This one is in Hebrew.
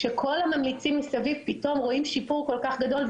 כל הממליצים מסביב רואים פתאום שיפור כל כך גדול,